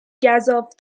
گزاف